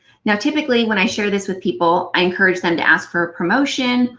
now, typically, when i share this with people, i encourage them to ask for a promotion,